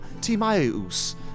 Timaeus